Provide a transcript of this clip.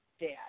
dad